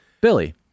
Billy